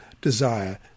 desire